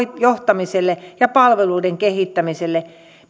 johtamiselle ja palveluiden kehittämiselle